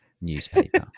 newspaper